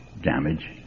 damage